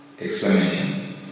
explanation